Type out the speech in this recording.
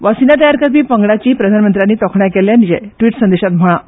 वासीन तयार करपी पंगडाची प्रधानमंत्र्यांनी तोखणाय केल्ल्याचें ट्रीट संदेशांत म्हळां